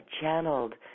channeled